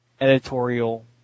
editorial